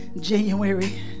January